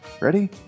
Ready